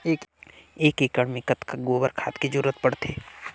एक एकड़ मे कतका गोबर खाद के जरूरत पड़थे?